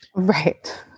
Right